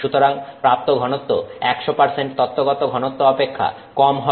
সুতরাং প্রাপ্ত ঘনত্ব 100 তত্ত্বগত ঘনত্ব অপেক্ষা কম হবে